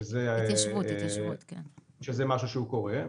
שזה משהו שהוא קורה,